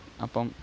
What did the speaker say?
അപ്പം